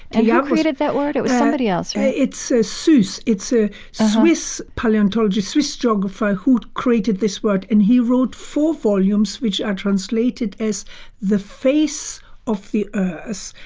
and created that word? it was somebody else, right? it's swiss. it's a so swiss paleontologist, swiss geographer, who created this word and he wrote four volumes which are translated as the face of the earth,